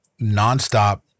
nonstop